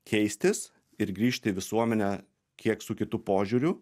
keistis ir grįžti į visuomenę kiek su kitu požiūriu